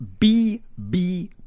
BB